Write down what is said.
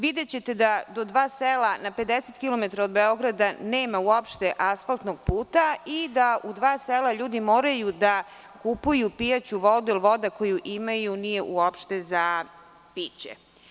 Videćete da do dva sela, na 50 kilometara od Beograda, nema uopšte asfaltnog puta i da u dva sela ljudi moraju da kupuju pijaću vodu, jer voda koju imaju nije uopšte za piće.